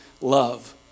love